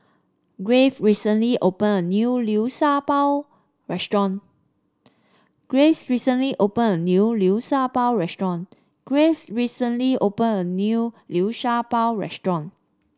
Grave recently opened a new Liu Sha Bao restaurant Graves recently opened a new Liu Sha Bao restaurant Graves recently opened a new Liu Sha Bao restaurant